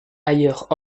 ailleurs